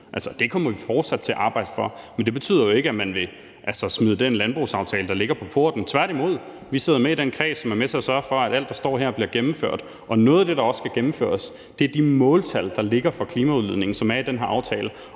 det kommer vi fortsat til at arbejde for. Men det betyder jo ikke, at man vil smide den landbrugsaftale, der ligger, på porten. Tværtimod, vi sidder med i den kreds, som er med til at sørge for, at alt, der står her, bliver gennemført. Og noget af det, der også skal gennemføres, er de måltal, der ligger for klimaudledningen, som er i den her aftale,